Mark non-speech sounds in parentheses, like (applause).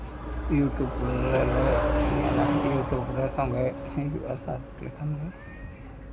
YouTube ᱨᱮ (unintelligible) YouTube ᱨᱮ ᱥᱚᱸᱜᱮ ᱛᱮ ᱦᱤᱡᱩᱜᱼᱟ ᱥᱟᱨᱪ ᱞᱮᱠᱷᱟᱱ